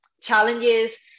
challenges